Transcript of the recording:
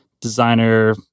designer